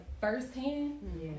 firsthand